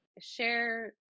Share